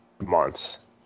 months